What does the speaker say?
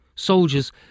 Soldiers